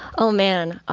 oh, man.